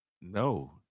No